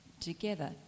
together